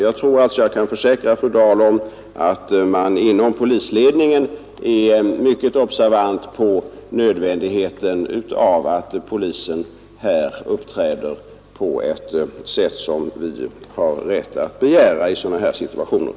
Jag tror att jag kan försäkra fru Dahl om att polisledningen är mycket observant på nödvändigheten av att polisen uppträder på ett sätt som vi har rätt att begära i sådana här situationer.